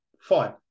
fine